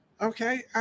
Okay